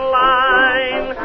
line